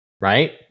Right